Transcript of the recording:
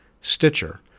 Stitcher